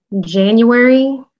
January